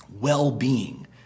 well-being